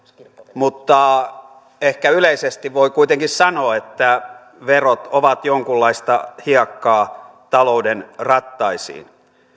mutta ehkä yleisesti voi kuitenkin sanoa että verot ovat jonkunlaista hiekkaa talouden rattaisiin